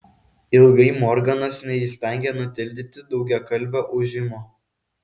ilgai morganas neįstengė nutildyti daugiakalbio ūžimo